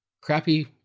crappy